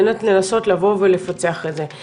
באמת לנסות לבוא ולפצח את זה.